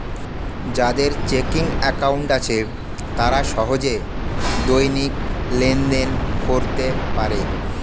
যাদের checking account আছে তারা সহজে দৈনিক লেনদেন করতে পারে